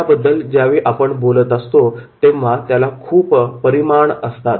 याबद्दल ज्यावेळी आपण बोलत असतो तेव्हा त्याला खूप परिमाण असतात